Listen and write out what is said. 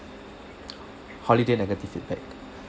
holiday negative feedback